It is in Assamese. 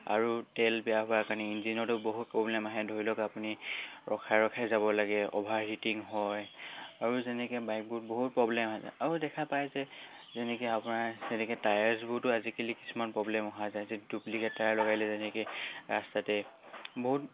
আৰু তেল বেয়া হোৱাৰ কাৰণে ইঞ্জিনতো বহুত প্ৰব্লেম আহে ধৰি লওক আপুনি ৰখাই ৰখাই যাব লাগে অ'ভাৰ হিটিং হয় আৰু যেনেকৈ বাইকবোৰ বহুত প্ৰব্লেম আহে আৰু দেখা পায় যে যেনেকৈ আপোনাৰ যেনেকৈ টায়াৰ্চবোৰতো আজিকালি কিছুমান প্ৰব্লেমছ হয় যিটো ডুপ্লিকেট টায়াৰ লগালে যেনেকৈ ৰাস্তাতে বহুত